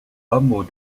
hameau